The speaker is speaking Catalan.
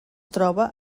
troba